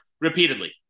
repeatedly